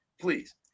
Please